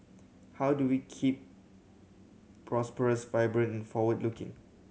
how do we keep prosperous vibrant forward looking